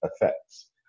effects